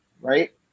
Right